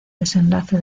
desenlace